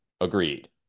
agreed